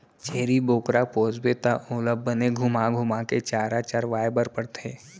छेरी बोकरा पोसबे त ओला बने घुमा घुमा के चारा चरवाए बर परथे